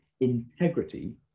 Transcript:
integrity